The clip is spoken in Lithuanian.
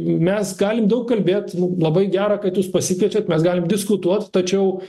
mes galim daug kalbėt labai gera kad jūs pasikviečiat mes galim diskutuot tačiau